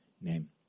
name